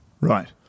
Right